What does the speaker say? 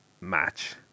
match